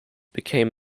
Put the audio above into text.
became